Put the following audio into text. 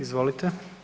Izvolite.